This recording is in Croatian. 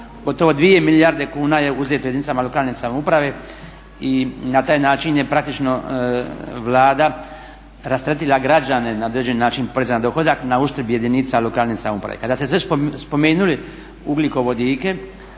gotovo 2 milijarde kuna je uzeto jedinicama lokalne samouprave i na taj način je praktično Vlada rasteretila građane na određeni način poreza na dohodak na uštrb jedinica lokalne samouprave. Kada ste već spomenuli ugljikovodike